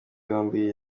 yombi